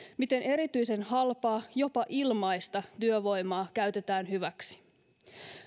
miten erityisen halpaa jopa ilmaista työvoimaa käytetään hyväksi